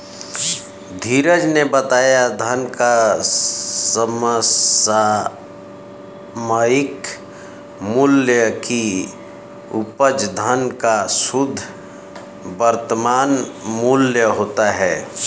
धीरज ने बताया धन का समसामयिक मूल्य की उपज धन का शुद्ध वर्तमान मूल्य होता है